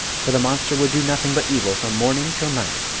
for the monster would do nothing but evil from morning til night.